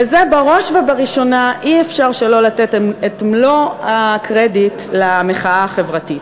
ועל זה בראש ובראשונה אי-אפשר שלא לתת את מלוא הקרדיט למחאה החברתית.